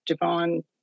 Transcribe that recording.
Devon